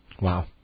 wow